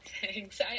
thanks